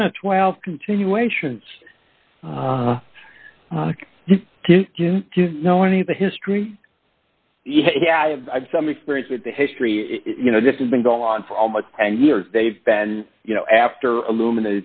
ten or twelve continuations to do you know any of the history yeah i have some experience with the history you know this has been going on for almost ten years they've been you know after alumin